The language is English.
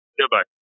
Goodbye